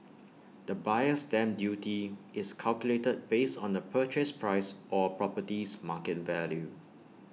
the buyer's stamp duty is calculated based on the purchase price or property's market value